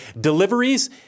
Deliveries